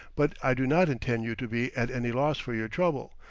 but i do not intend you to be at any loss for your trouble,